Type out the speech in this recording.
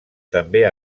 també